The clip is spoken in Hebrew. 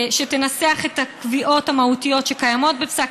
שתנסח את הקביעות המהותיות שקיימות בפסק